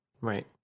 Right